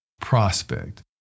Prospect